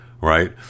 right